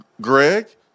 Greg